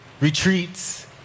retreats